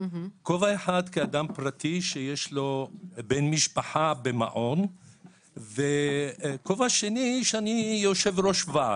כובע אחד כאדם פרטי שיש לו בן משפחה במעון וכובע שני שאני יושב-ראש ועד.